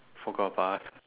forgot about us